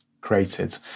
created